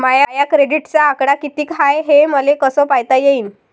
माया क्रेडिटचा आकडा कितीक हाय हे मले कस पायता येईन?